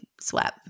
swept